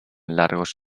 largos